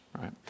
right